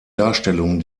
darstellungen